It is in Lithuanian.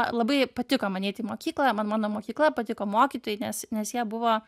labai patiko man eit į mokyklą man mano mokykla patiko mokytojai nes nes jie buvo